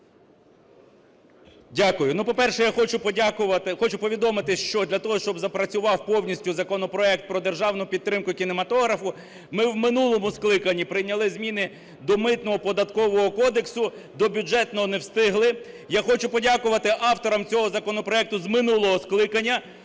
хочу подякувати. Хочу повідомити, що для того, щоб запрацював повністю законопроект про державну підтримку кінематографу, ми в минулому скликанні прийняли зміни до Митного і Податкового кодексу, до Бюджетного - не встигли. Я хочу подякувати авторам цього законопроекту з минулого скликання,